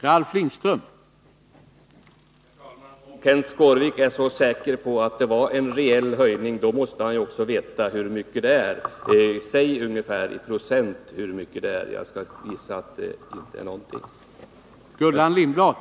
Herr talman! Om Kenth Skårvik är så säker på att det var en reell höjning måste han också veta hur stor den var. Säg hur mycket det är i procent. Jag gissar att det inte blir något att tala om.